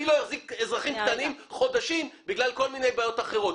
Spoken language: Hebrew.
אני לא אחזיק אזרחים קטנים חודשים בגלל כל מיני בעיות אחרות.